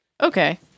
Okay